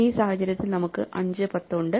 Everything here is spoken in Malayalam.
ഈ സാഹചര്യത്തിൽ നമുക്ക് 5 10 ഉണ്ട്